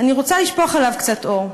אני רוצה לשפוך עליו קצת אור.